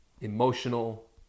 emotional